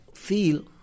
feel